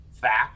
fact